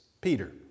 Peter